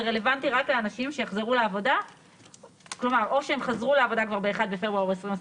זה רלוונטי לאנשים שחזרו לעבודה כבר באחד בפברואר 2021,